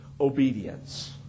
obedience